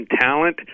talent